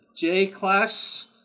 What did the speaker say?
J-Class